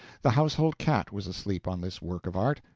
the household cat was asleep on this work of art.